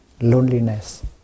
loneliness